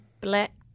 black